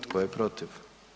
Tko je protiv?